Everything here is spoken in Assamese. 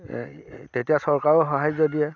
তেতিয়া চৰকাৰেও সাহাৰ্য দিয়ে